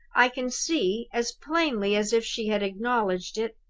i can see, as plainly as if she had acknowledged it,